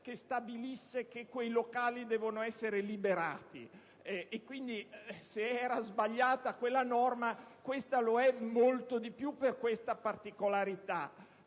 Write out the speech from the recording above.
che stabilisse che quei locali devono essere liberati. Se era sbagliata quella norma questa lo è molto di più per questa particolarità,